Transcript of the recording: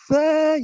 Say